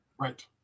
Right